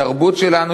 התרבות שלנו,